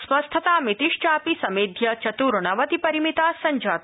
स्वस्थतामितिधापि समेध्य चत्र्णवतिपरिमिता संजाता